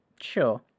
Sure